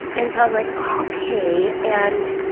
and so i was like, okay! and